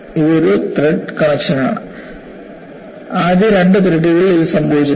ഇതൊരു ത്രെഡ് കണക്ഷനാണ് ആദ്യ രണ്ട് ത്രെഡുകളിൽ ഇത് സംഭവിച്ചിട്ടില്ല